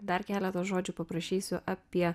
dar keletą žodžių paprašysiu apie